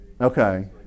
Okay